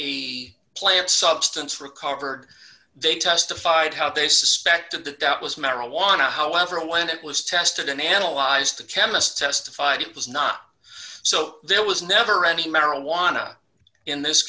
the plant substance recovered they testified how they suspected that that was marijuana however when it was tested and analyzed the chemist testified it was not so there was never any marijuana in this